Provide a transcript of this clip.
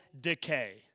decay